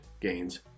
gains